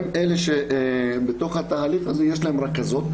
הם אלה שבתוך התהליך הזה יש להם רכזות,